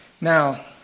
Now